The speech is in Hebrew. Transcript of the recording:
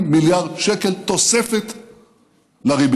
40 מיליארד שקל תוספת לריבית.